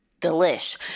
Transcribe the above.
delish